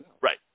Right